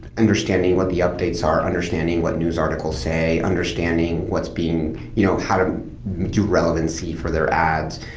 understanding what the updates are, understanding what news articles say, understanding what's being you know how to do relevancy for their ads,